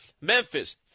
Memphis